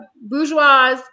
Bourgeois